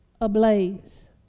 ablaze